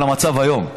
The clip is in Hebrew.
על המצב היום.